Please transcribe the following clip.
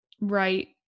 Right